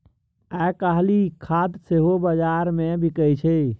आयकाल्हि खाद सेहो बजारमे बिकय छै